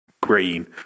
green